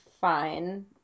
fine